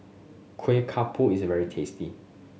kuih is very tasty